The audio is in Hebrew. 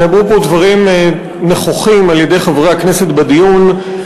נאמרו פה דברים נכוחים על-ידי חברי הכנסת בדיון.